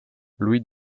louis